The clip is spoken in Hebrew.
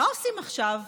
מה עושים עכשיו?